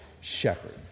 shepherd